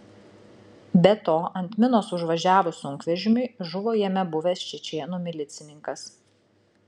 be to ant minos užvažiavus sunkvežimiui žuvo jame buvęs čečėnų milicininkas